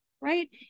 right